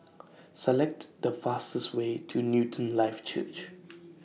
Select The fastest Way to Newton Life Church